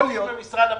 זה במשרד הפנים.